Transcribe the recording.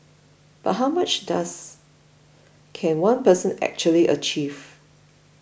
but how much does can one person actually achieve